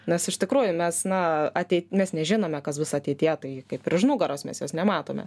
nes iš tikrųjų mes na ateit mes nežinome kas bus ateityje tai kaip ir už nugaros mes jos nematome